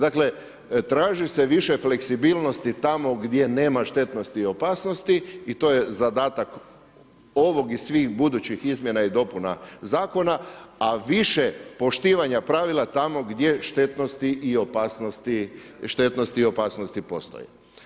Dakle, traži se više fleksibilnosti tamo gdje nema štetnosti i opasnosti i to je zadatak ovog i svih budućih izmjena i dopuna Zakona, a više poštivanja pravila tamo gdje štetnosti i opasnosti postoje.